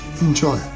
enjoy